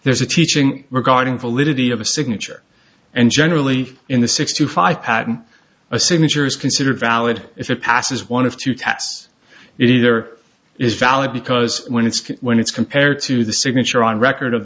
there's a teaching regarding validity of a signature and generally in the sixty five patent a signature is considered valid if it passes one of two tests it either is valid because when it's when it's compared to the signature on record of